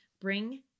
bring